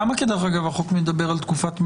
כמה החוק מדבר על תקופת מעבר?